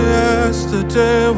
yesterday